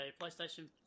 PlayStation